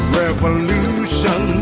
revolution